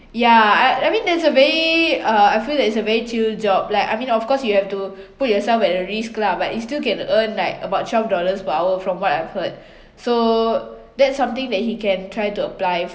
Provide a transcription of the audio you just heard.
ya I I mean that’s a very uh I feel that it's a very chill job like I mean of course you have to put yourself at a risk lah but it still can earn like about twelve dollars per hour from what I've heard so that's something that he can try to apply